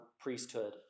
priesthood